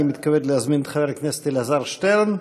אני מתכבד להזמין את חבר הכנסת אלעזר שטרן.